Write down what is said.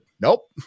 nope